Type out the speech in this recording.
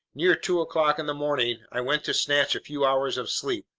near two o'clock in the morning, i went to snatch a few hours of sleep.